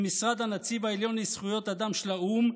משרד הנציב העליון לזכויות אדם של האו"ם,